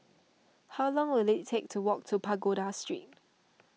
how long will it take to walk to Pagoda Street